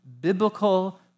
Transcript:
biblical